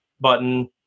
button